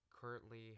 currently